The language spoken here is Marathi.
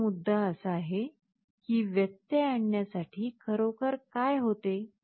आता मुद्दा असा आहे की व्यत्यय आणण्यासाठी खरोखर काय होते